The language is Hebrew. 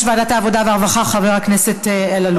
ועדת העבודה והרווחה חבר הכנסת אלאלוף.